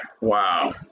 Wow